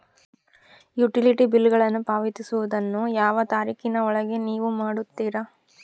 Utility ಬಿಲ್ಲುಗಳನ್ನು ಪಾವತಿಸುವದನ್ನು ಯಾವ ತಾರೇಖಿನ ಒಳಗೆ ನೇವು ಮಾಡುತ್ತೇರಾ?